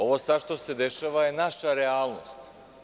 Ovo sad što se dešava je naša realnost.